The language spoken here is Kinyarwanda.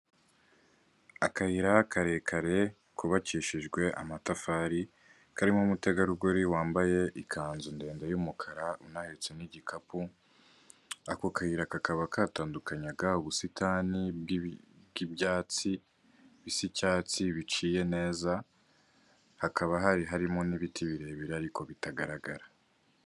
Akayira karekare kubakishijwe amatafari karimo umutegarugori wambaye ikanzu ndende y'umukara unahetse n'igikapu, ako kayira kakaba katandukanyaga ubusitani bw'ibyatsi bisi icyatsi biciye, neza hakaba hari harimo n'ibiti birebire ariko bitagaragara.